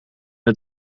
het